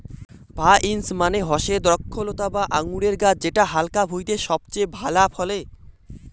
vines মানে হসে দ্রক্ষলতা বা আঙুরের গাছ যেটা হালকা ভুঁইতে সবচেয়ে ভালা ফলে